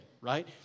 right